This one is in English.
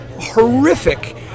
Horrific